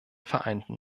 vereinten